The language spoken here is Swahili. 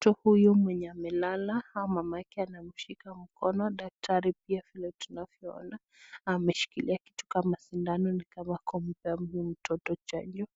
Mtoto huyu mwenye amelala au mamake anamshika mkono, daktari pia tunavyoona ameshikilia kitu kama sindano ni kama kumpea huyu mtoto chanjo.